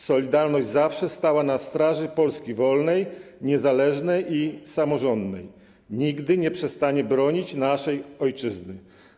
Solidarność' zawsze stała na straży Polski wolnej, niezależnej i samorządnej, nigdy nie przestanie bronić naszej Ojczyzny.